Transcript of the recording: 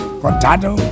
potato